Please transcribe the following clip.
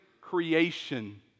creation